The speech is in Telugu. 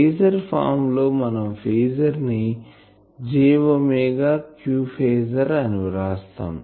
ఫేజర్ ఫామ్ లో మనం ఫేజర్ ని j ఒమేగా q ఫేజర్ అని వ్రాస్తాం